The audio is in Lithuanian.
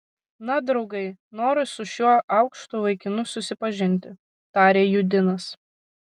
na draugai noriu su šiuo aukštu vaikinu susipažinti tarė judinas